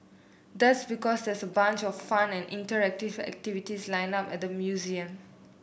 that's because there's a bunch of fun and interactive activities lined up at the museum